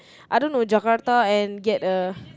I don't know Jakarta and get a